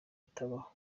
itabaho